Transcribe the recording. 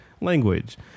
language